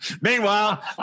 Meanwhile